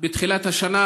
בתחילת השנה,